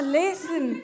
listen